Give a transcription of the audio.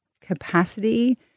capacity